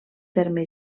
terme